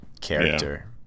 character